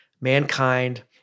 mankind